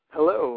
Hello